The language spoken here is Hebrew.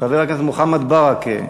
חבר הכנסת מוחמד ברכה?